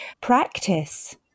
practice